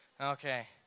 Okay